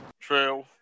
True